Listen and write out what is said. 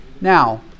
Now